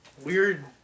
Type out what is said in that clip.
weird